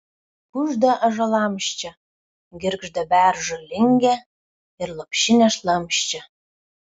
kužda ąžuolams čia girgžda beržo lingė ir lopšinė šlamščia